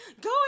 go